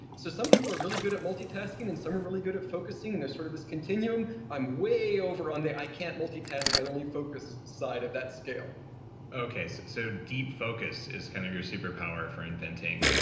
so some people are really good at multitasking and some are really good at focusing, and there's sort of this continuum. i'm way over on the, i can't multitask, i only focus, side of that scale okay, so so deep focus is kind of your superpower for inventing,